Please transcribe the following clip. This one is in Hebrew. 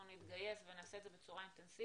אנחנו נתגייס ונעשה את זה בצורה אינטנסיבית.